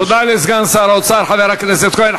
תודה לסגן שר האוצר חבר הכנסת כהן.